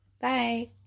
bye